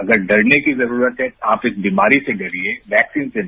अगर डरने की जरूरत है आप इस बीमारी से डरिए वैक्सीन से नहीं